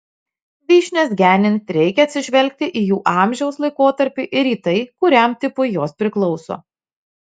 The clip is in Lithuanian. vyšnias genint reikia atsižvelgti į jų amžiaus laikotarpį ir į tai kuriam tipui jos priklauso